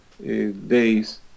days